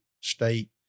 state